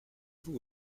vous